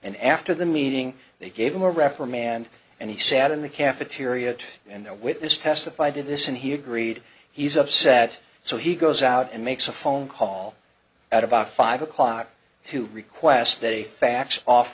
and after the meeting they gave him a reprimand and he sat in the cafeteria and the witness testified to this and he agreed he's upset so he goes out and makes a phone call at about five o'clock to request